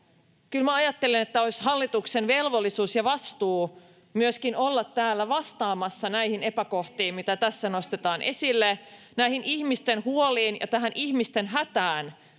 ajattelen, että olisi hallituksen velvollisuus ja vastuu myöskin olla täällä vastaamassa näihin epäkohtiin, mitä tässä nostetaan esille, näihin ihmisten huoliin ja tähän ihmisten hätään,